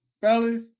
Fellas